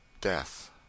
Death